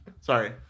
Sorry